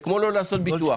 זה כמו לא לעשות ביטוח.